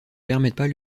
permettent